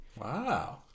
Wow